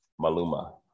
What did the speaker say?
Maluma